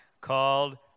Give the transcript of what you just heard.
called